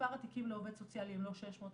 מספר התיקים לעובד סוציאלי הוא לא 600,